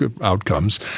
outcomes